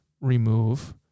remove